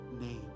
name